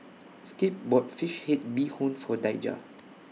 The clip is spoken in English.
Skip bought Fish Head Bee Hoon For Daija